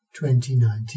2019